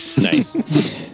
Nice